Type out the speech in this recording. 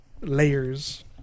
layers